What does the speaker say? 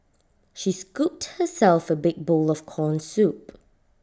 she scooped herself A big bowl of Corn Soup